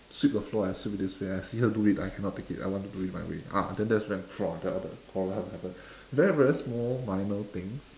sweep the floor I sweep this way I see her do it I cannot take it I want to do in my way ah then that's when !wah! the the quarrel happen very very small minor things